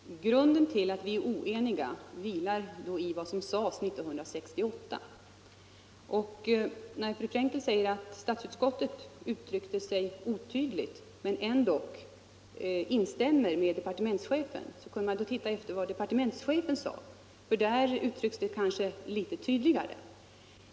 Fru talman! Grunden till att vi är oeniga finns alltså i vad som uttalades 1968. När fru Frenkel säger att statsutskottet uttryckte sig otydligt men ändå instämde med departementschefen, måste man se efter vad departementschefen anförde; där uttrycks det kanske litet tydligare.